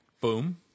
Boom